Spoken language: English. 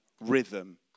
rhythm